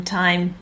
time